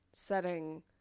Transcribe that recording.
setting